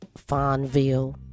Fonville